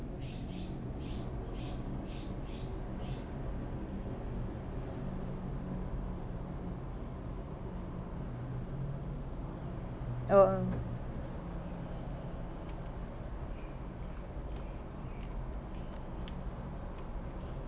oh uh